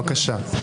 בבקשה.